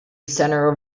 center